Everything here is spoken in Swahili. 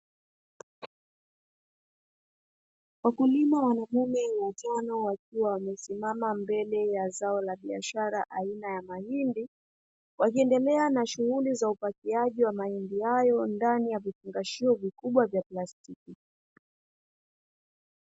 Wakulima wanaume watano wakiwa wamesimama mbele ya zao la biashara aina ya mahindi, wakiendelea na shughuli za upakiaji wa mahindi hayo ndani ya vifungashio vikubwa vya plastiki.